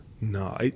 No